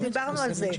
דיברנו על זה,